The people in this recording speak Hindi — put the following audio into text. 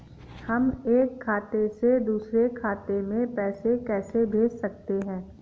हम एक खाते से दूसरे खाते में पैसे कैसे भेज सकते हैं?